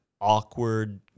awkward